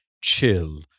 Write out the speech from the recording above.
chill